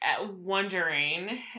wondering